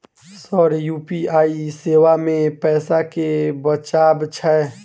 Sir UPI सेवा मे पैसा केँ बचाब छैय?